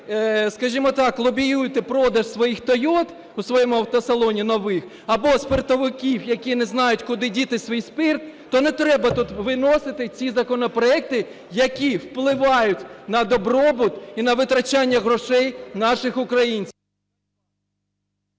скажімо так, лобіюєте продаж своїх Toyota у своєму автосалоні, нових або спиртовиків, які не знають, куди діти свій спирт, то не треба тут виносити ці законопроекти, які впливають на добробут і на витрачання грошей наших українців…